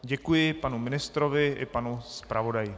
Děkuji panu ministrovi i panu zpravodaji.